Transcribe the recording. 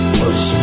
push